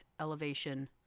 elevation